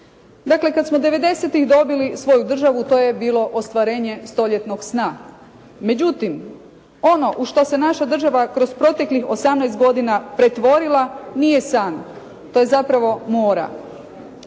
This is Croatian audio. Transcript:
Dakle, kada smo '90.-tih dobili svoju državu to je bilo ostvarenje stoljetnog sna. Međutim, ono u što se naša država kroz proteklih 18 godina pretvorila nije san, to je zapravo mora.